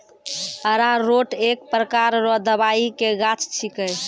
अरारोट एक प्रकार रो दवाइ के गाछ छिके